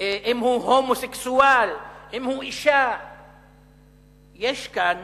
אם הוא הומוסקסואל, אם הוא אשה, יש כאן